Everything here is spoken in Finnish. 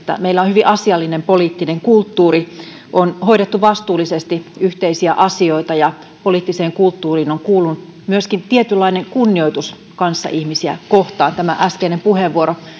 meillä on hyvin asiallinen poliittinen kulttuuri on hoidettu vastuullisesti yhteisiä asioita ja poliittiseen kulttuuriin on kuulunut myöskin tietynlainen kunnioitus kanssaihmisiä kohtaan tämä äskeinen puheenvuoro